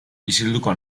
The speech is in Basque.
isilduko